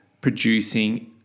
producing